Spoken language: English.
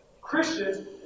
Christians